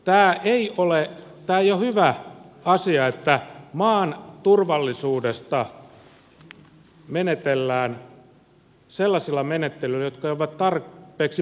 tämä ei ole hyvä asia että maan turvallisuudessa menetellään sellaisilla menettelyillä jotka eivät ole tarpeeksi painavia